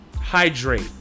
Hydrate